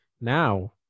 now